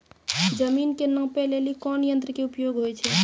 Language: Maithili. जमीन के नापै लेली कोन यंत्र के उपयोग होय छै?